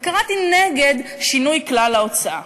וקראתי נגד שינוי כלל ההוצאה.